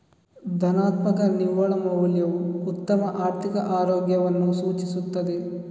ಧನಾತ್ಮಕ ನಿವ್ವಳ ಮೌಲ್ಯವು ಉತ್ತಮ ಆರ್ಥಿಕ ಆರೋಗ್ಯವನ್ನು ಸೂಚಿಸುತ್ತದೆ